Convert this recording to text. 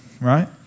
right